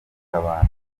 kabanda